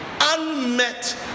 unmet